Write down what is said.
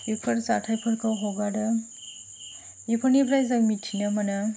बिफोर जाथायफोरखौ हगारो बिफोरनिफ्राय जों मिथिनो मोनो